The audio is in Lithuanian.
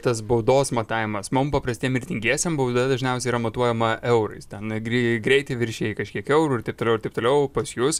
tas baudos matavimas mum paprastiem mirtingiesiem bauda dažniausiai yra matuojama eurais ten gri greitį viršijai kažkiek eurų ir taip toliau ir taip toliau pas jus